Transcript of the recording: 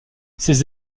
ses